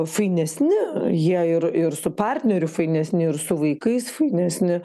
fainesni jie ir ir su partneriu fainesni ir su vaikais fainesni